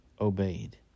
obeyed